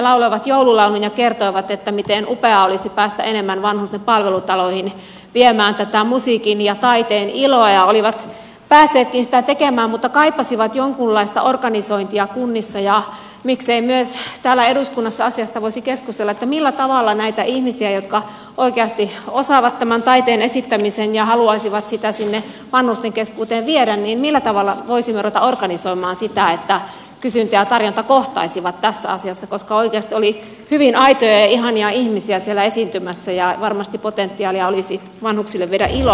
he lauloivat joululauluja ja kertoivat miten upeaa olisi päästä enemmän vanhusten palvelutaloihin viemään tätä musiikin ja taiteen iloa ja olivat päässeetkin sitä tekemään mutta kaipasivat jonkunlaista organisointia kunnissa ja miksei myös täällä eduskunnassa asiasta voisi keskustella millä tavalla nämä ihmiset jotka oikeasti osaavat taiteen esittämisen ja haluaisivat sitä sinne vanhusten keskuuteen viedä millä tavalla voisimme ruveta organisoimaan sitä että kysyntä ja tarjonta kohtaisivat tässä asiassa koska oikeasti oli hyvin aitoja ja ihania ihmisiä siellä esiintymässä ja varmasti potentiaalia olisi vanhuksille viedä iloa